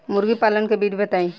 मुर्गी पालन के विधि बताई?